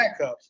backups